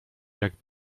jakby